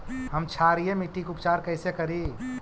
हम क्षारीय मिट्टी के उपचार कैसे करी?